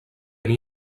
n’hi